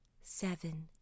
seven